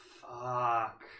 Fuck